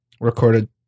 recorded